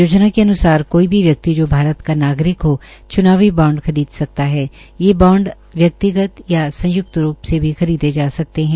योजना के अन्सार कोई भी व्यक्ति जो भारत का नागरिक हो च्नावी बांड खरीद सकता है ये बांड व्यक्तिगत या संयक्त रूप से भी खरीदे जा सकते है